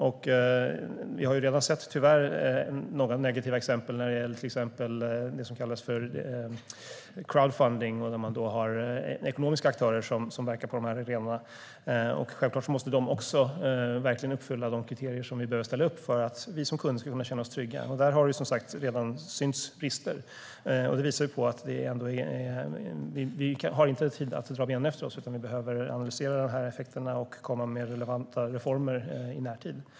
Vi har tyvärr redan sett några negativa exempel när det gäller exempelvis det som kallas crowdfunding och när man har ekonomiska aktörer som verkar på dessa arenor. Självklart måste de också verkligen uppfylla de kriterier som vi behöver ställa upp för att vi som kunder ska kunna känna oss trygga. Där har vi, som sagt, redan sett brister. Det visar att vi inte har tid att dra benen efter oss utan vi behöver analysera dessa effekter och komma med relevanta reformer i närtid.